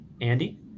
Andy